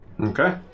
Okay